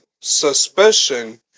suspicion